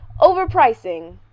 Overpricing